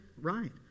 Right